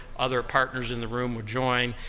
other partners in the room will join.